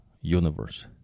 universe